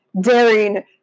daring